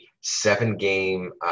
seven-game